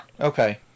Okay